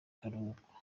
karuhuko